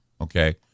okay